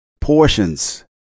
portions